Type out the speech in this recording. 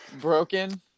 broken